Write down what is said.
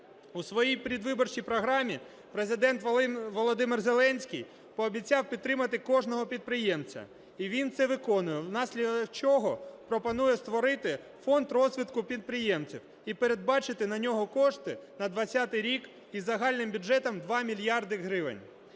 У своїй передвиборчій програмі Президент Володимир Зеленський пообіцяв підтримати кожного підприємця, і він це виконує, внаслідок чого пропонує створити Фонд розвитку підприємців і передбачити на нього кошти на 20-й рік із загальним бюджетом 2 мільярди гривень.